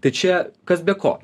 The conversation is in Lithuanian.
tai čia kas be ko